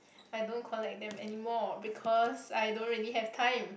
I don't collect them anymore because I don't really have time